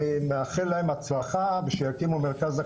אני מאחל להם הצלחה ושיקימו מרכז הקרנות.